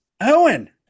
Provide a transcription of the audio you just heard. Owen